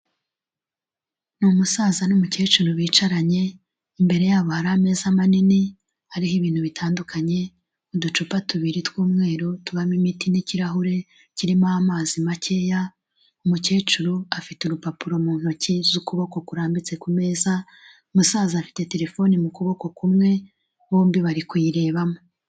Ni umusaza n'umukecuru bicaranye, imbere yabo hari ameza manini ariho ibintu bitandukanye: uducupa tubiri tw'umweru tubamo imiti n'ikirahure kirimo amazi makeya, umukecuru afite urupapuro mu ntoki z'ukuboko kurambitse ku meza, umusaza afite telefone mu kuboko kumwe, bombi bari kuyirebamo.